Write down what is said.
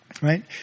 right